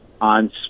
on